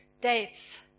dates